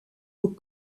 aux